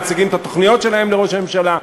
מציגים את התוכניות שלהם לראש הממשלה,